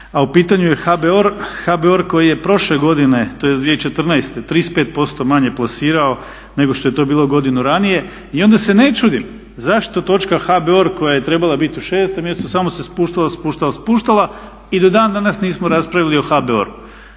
a u pitanju je HBOR, HBOR koji je prošle godine, tj. 2014. 35% manje plasirao nego što je to bilo godinu ranije. I onda se ne čudim zašto točka HBOR koja je trebala biti u 6 mjesecu samo se spuštala, spuštala, spuštala i do dan danas nismo raspravljali o HBOR-u.